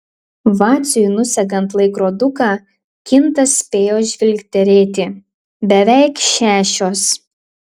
vaciui nusegant laikroduką kintas spėjo žvilgterėti beveik šešios